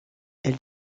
elle